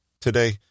Today